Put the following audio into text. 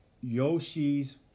Yoshi's